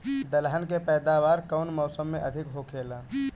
दलहन के पैदावार कउन मौसम में अधिक होखेला?